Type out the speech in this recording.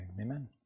Amen